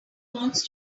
wants